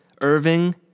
Irving